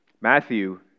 Matthew